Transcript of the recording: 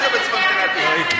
בצפון הארץ או בצפון תל אביב?